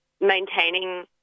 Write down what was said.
maintaining